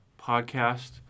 podcast